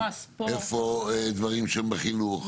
איפה דברים של חינוך?